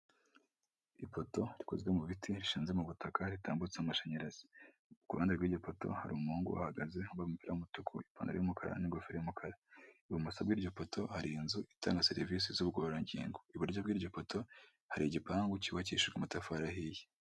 Ipoto rikozwe mu biti bishinze mu butaka ritambutse amashanyarazi ,ku kuruhande rw'iryi ipoto hari umuhungu uhagaze bamupira w'umutuku ipanta y'umukara n'ingofero y'umukara, ibumoso bw' iryo poto hari inzu itanga serivisi z'ubugororangingo, iburyo'iryo poto hari igipangu cyubakishijwe amatafari ahiye.